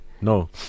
No